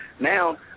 Now